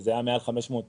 וזה היה מעל 500,000